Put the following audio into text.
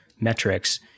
metrics